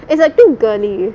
it's like too girly